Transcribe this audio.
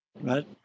Right